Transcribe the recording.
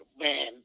man